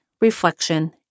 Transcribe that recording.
reflection